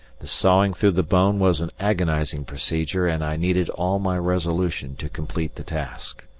the sawing through the bone was an agonizing procedure, and i needed all my resolution to complete the task.